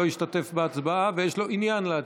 לא השתתף בהצבעה ויש לו עניין להצביע?